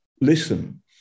listen